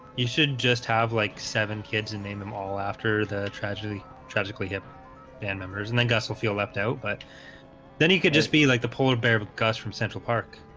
you should just have like seven kids and name them all after the tragedy tragically hip band members and then gus will feel left out, but then he could just be like the polar bear of gus from central park